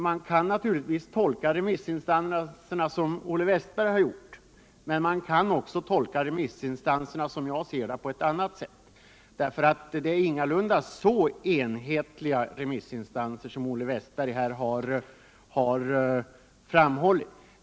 Man kan naturligtvis tolka remissinstanserna som Olle Westberg gjort, men som jag ser det kan man också tolka dem på ett annat sätt, för remissinstansernas yttranden är ingalunda så entydiga som Olle Westberg framhållit.